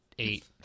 Eight